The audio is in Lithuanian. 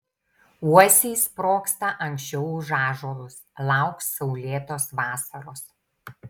uosiai sprogsta anksčiau už ąžuolus lauk saulėtos vasaros